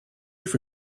for